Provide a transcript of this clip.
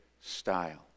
style